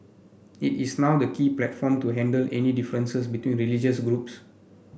it is now the key platform to handle any differences between religious groups